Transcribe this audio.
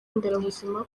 nderabuzima